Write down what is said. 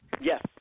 Yes